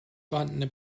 vorhandene